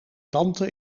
tante